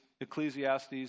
Ecclesiastes